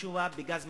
השתמשו בגז מדמיע,